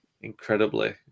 incredibly